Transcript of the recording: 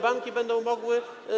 Banki będą mogły.